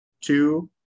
two